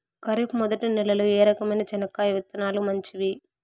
ఖరీఫ్ మొదటి నెల లో ఏ రకమైన చెనక్కాయ విత్తనాలు మంచివి